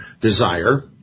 desire